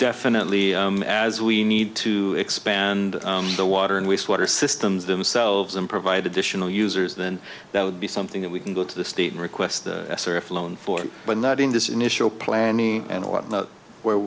definitely as we need to expand the water and wastewater systems themselves and provide additional users then that would be something that we can go to the state and request flown for but not in this initial planning and a lot where